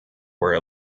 were